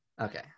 okay